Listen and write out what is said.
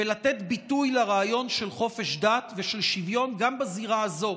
ולתת ביטוי לרעיון של חופש דת ושל שוויון גם בזירה הזו